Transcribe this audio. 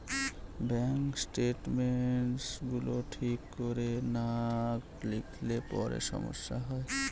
bank statements গুলো ঠিক করে না লিখলে পরে সমস্যা হয়